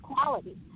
equality